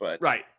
Right